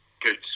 good